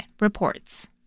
reports